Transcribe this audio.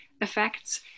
effects